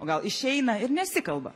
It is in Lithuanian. o gal išeina ir nesikalba